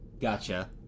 gotcha